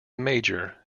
major